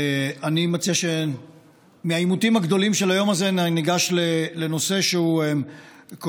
אני מציע שמהעימותים הגדולים של היום הזה ניגש לנושא שהוא קונסנזואלי: